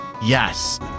Yes